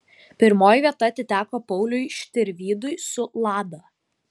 pirmoji vieta atiteko pauliui štirvydui su lada